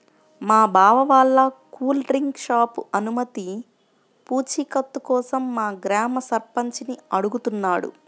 మా బావ వాళ్ళ కూల్ డ్రింక్ షాపు అనుమతి పూచీకత్తు కోసం మా గ్రామ సర్పంచిని అడుగుతున్నాడు